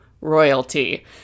Royalty